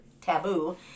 taboo